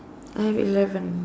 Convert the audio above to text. I have eleven